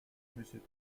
monsieur